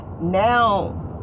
Now